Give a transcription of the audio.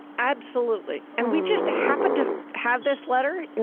absolutely. and we just happen to have this letter,